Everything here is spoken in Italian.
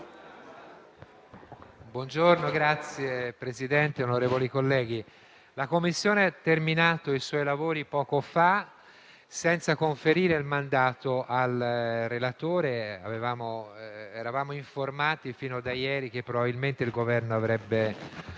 Signor Presidente, onorevoli colleghi, la Commissione ha terminato i suoi lavori poco fa senza conferire il mandato al relatore. Eravamo informati, fin da ieri, che probabilmente il Governo avrebbe